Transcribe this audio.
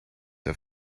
der